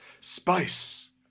spice